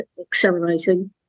accelerating